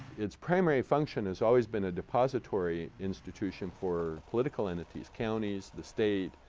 its primary function has always been a despository institution for political entities counties, the state,